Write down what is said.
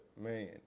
man